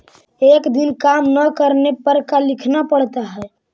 एक दिन काम न करने पर का लिखना पड़ता है?